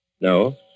No